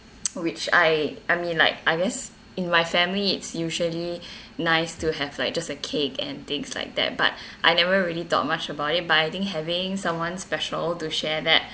which I I mean like I miss in my family it's usually nice to have like just a cake and things like that but I never really thought much about it but I think having someone special to share that